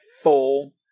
full